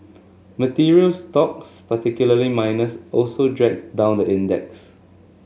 materials stocks particularly miners also dragged down the index